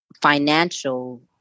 financial